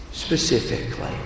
specifically